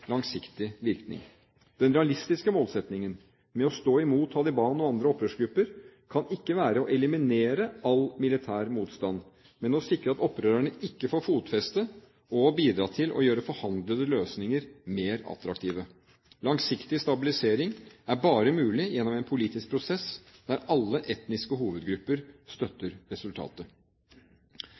langsiktig virkning. Den realistiske målsettingen med å stå imot Taliban og andre opprørsgrupper kan ikke være å eliminere all militær motstand, men å sikre at opprørerne ikke får fotfeste og å bidra til å gjøre forhandlede løsninger mer attraktive. Langsiktig stabilisering er bare mulig gjennom en politisk prosess der alle etniske hovedgrupper støtter resultatet.